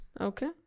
Okay